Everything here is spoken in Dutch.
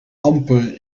amper